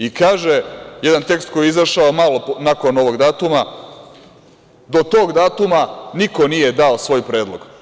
Jedan tekst koji je izašao malo nakon ovog datuma kaže – do tog datuma niko nije dao svoj predlog.